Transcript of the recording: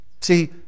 See